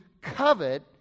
covet